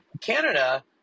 Canada